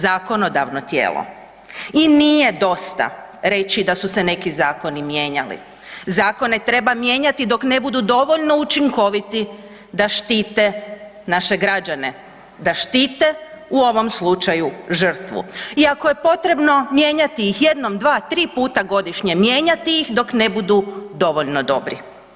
zakonodavno tijelo i nije dosta reći da su se neki zakoni mijenjali, zakone treba mijenjati dok ne budu dovoljno učinkoviti da štite naše građane, da štite u ovom slučaju žrtvu i ako je potrebno mijenjati ih jednom, dva, tri puta godišnje, mijenjati ih dok ne budu dovoljno dobri.